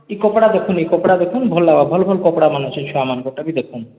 ଇ କପ୍ଡ଼ା ଦେଖୁନ୍ ଇ କପ୍ଡ଼ା ଦେଖୁନ୍ ଭଲ୍ ଭଲ୍ ଭଲ୍ କପଡ଼ାମାନ୍ ଅଛେ ଛୁଆମାନଙ୍କର୍ ଟା ବି ଦେଖୁନ୍